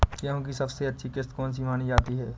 गेहूँ की सबसे अच्छी किश्त कौन सी मानी जाती है?